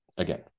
Again